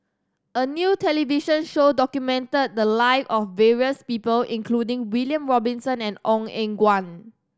a new television show documented the live of various people including William Robinson and Ong Eng Guan